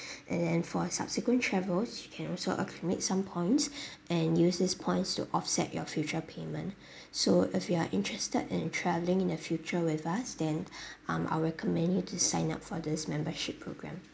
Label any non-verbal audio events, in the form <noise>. <breath> and then for subsequent travels you can also accumulate some points and use these points to offset your future payment <breath> so if you are interested in travelling in the future with us then <breath> um I'll recommend you to sign up for this membership programme